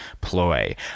ploy